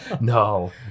no